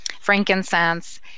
frankincense